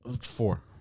Four